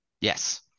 yes